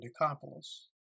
Decapolis